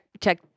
check